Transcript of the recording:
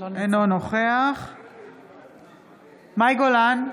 אינו נוכח מאי גולן,